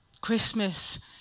Christmas